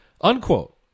unquote